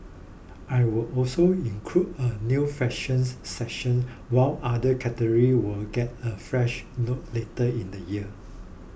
will also include a new fashions section while other categories will get a fresh look later in the year